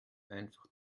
einfach